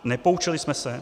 Nepoučili jsme se?